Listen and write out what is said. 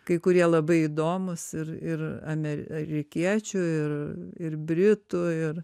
kai kurie labai įdomūs ir ir amerikiečių ir ir britų ir